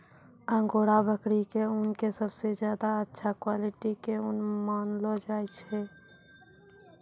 angora बकरी के ऊन कॅ सबसॅ ज्यादा अच्छा क्वालिटी के ऊन मानलो जाय छै